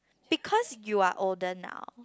because you are older now